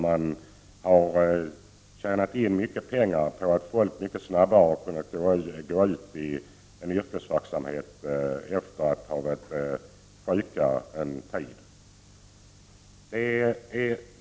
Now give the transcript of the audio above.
Man har tjänat in mycket stora pengar på att folk mycket snabbare har kunnat gå ut i yrkesverksamhet efter att ha varit sjuka en tid.